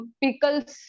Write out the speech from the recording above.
pickles